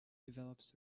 develops